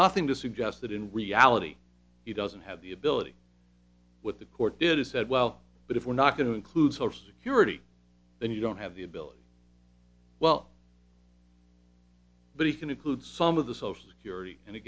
nothing to suggest that in reality he doesn't have the ability what the court did is said well but if we're not going to include for security then you don't have the ability well but he can include some of the social security and